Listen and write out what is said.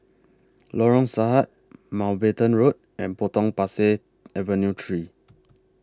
Lorong Sahad Mountbatten Road and Potong Pasir Avenue three